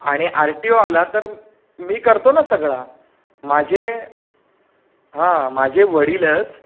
आणि R T O आला तर मी करतो ना सगळा माझे हां माझे वडीलच